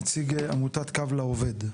נציג עמותת "קו לעובד".